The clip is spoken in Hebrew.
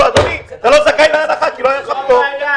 שהוא לא זכאי להנחה כי לא היה לו פטור.